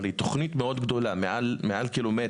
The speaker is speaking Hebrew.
אבל זו תוכנית מאוד גדולה מעל קילומטר.